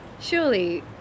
Surely